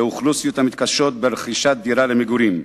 אוכלוסיות המתקשות ברכישת דירה למגורים.